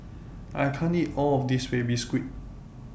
I can't eat All of This Baby Squid